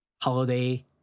holiday